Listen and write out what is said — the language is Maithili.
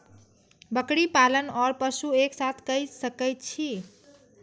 बकरी पालन ओर पशु एक साथ कई सके छी?